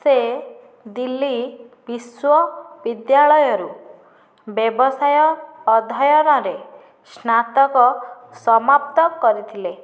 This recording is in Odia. ସେ ଦିଲ୍ଲୀ ବିଶ୍ୱବିଦ୍ୟାଳୟରୁ ବ୍ୟବସାୟ ଅଧ୍ୟୟନରେ ସ୍ନାତକ ସମାପ୍ତ କରିଥିଲେ